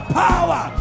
power